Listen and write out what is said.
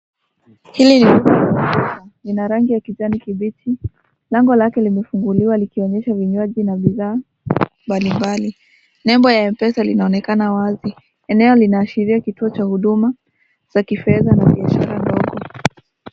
Hili ni duka , lina rangi ya kijani kibichi. Lango lake limefunguliwa likionyesha vinywaji na bidhaa mbalimbali. Nembo ya M-pesa linaonekana wazi. Eneo linaashiria kituo cha huduma za kifedha na biashara ndogo.